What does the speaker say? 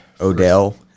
Odell